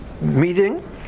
meeting